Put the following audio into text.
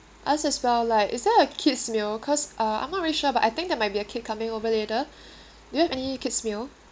ask as well like is there a kids' meal because uh I'm not really sure but I think there might be a kid coming over later do you have any kids' meal